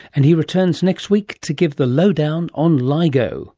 and he returns next week to give the low-down on ligo